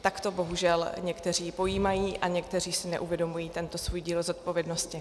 Tak to bohužel někteří pojímají a někteří si neuvědomují tento svůj díl zodpovědnosti.